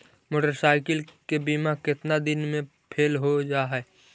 Motorcycle के बिमा केतना दिन मे फेल हो जा है?